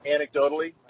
Anecdotally